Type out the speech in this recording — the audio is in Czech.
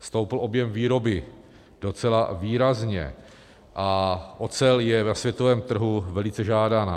Stoupl objem výroby docela výrazně a ocel je na světovém trhu velice žádaná.